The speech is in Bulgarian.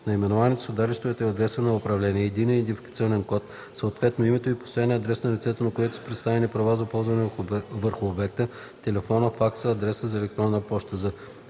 наименованието, седалището и адреса на управление, единния идентификационен код, съответно – името и постоянния адрес на лицето, на което са предоставени права за ползване върху обекта, телефона, факса, адреса на електронната